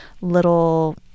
little